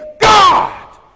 God